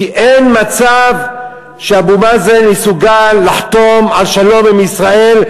כי אין מצב שאבו מאזן מסוגל לחתום על שלום עם ישראל,